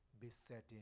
besetting